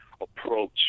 approach